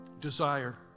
desire